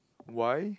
why